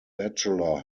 bachelor